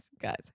guys